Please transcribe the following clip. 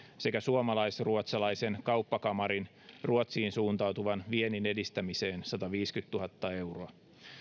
sekä suomalais ruotsalaisen kauppakamarin ruotsiin suuntautuvan viennin edistämiseen sataviisikymmentätuhatta euroa